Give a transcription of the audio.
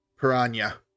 Piranha